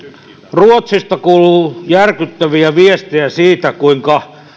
ruotsista kuuluu järkyttäviä viestejä siitä kuinka